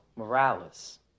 Morales